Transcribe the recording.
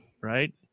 Right